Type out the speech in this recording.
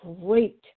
great